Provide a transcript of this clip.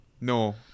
No